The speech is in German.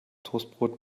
toastbrot